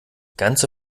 ganze